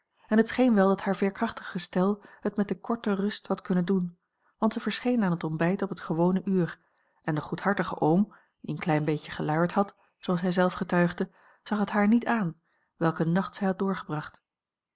en het scheen wel dat haar veerkrachtig gestel het met de korte rust had kunnen doen want zij verscheen aan het ontbijt op het gewone uur en de goedhartige oom die een klein beetje geluierd had zooals hij zelf getuigde zag het haar niet aan welk een nacht zij had doorgebracht